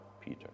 Peter